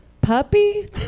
puppy